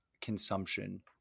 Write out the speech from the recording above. consumption